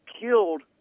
killed